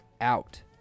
out